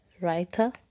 writer